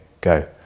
go